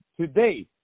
Today